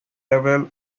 several